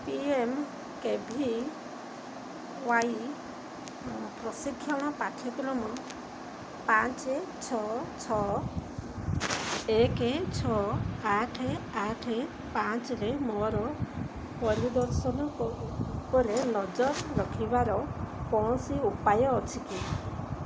ଇ M K V Y ପ୍ରଶିକ୍ଷଣ ପାଠ୍ୟକ୍ରମ ପାଞ୍ଚ ଛଅ ଛଅ ଏକ ଛଅ ଆଠ ଆଠ ପାଞ୍ଚରେ ମୋର ପ୍ରଦର୍ଶନ ଉପରେ ନଜର ରଖିବାର କୌଣସି ଉପାୟ ଅଛି କି